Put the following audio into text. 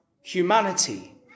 humanity